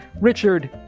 Richard